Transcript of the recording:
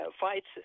fights